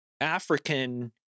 African